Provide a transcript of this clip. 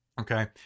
okay